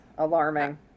Alarming